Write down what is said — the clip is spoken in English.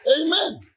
amen